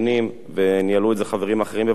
וניהלו את זה חברים אחרים בוועדת הכלכלה,